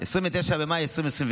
29 במאי 2024,